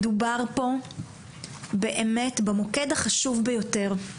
מדובר פה באמת במוקד החשוב ביותר,